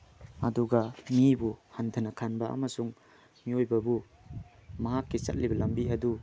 ꯑꯗꯨꯒ ꯃꯤꯕꯨ ꯍꯟꯊꯅ ꯈꯟꯕ ꯑꯃꯁꯨꯡ ꯃꯤꯑꯣꯏꯕꯕꯨ ꯃꯍꯥꯛꯀꯤ ꯆꯠꯂꯤꯕ ꯂꯝꯕꯤ ꯑꯗꯨ